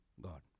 God